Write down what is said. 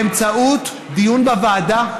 באמצעות דיון בוועדה.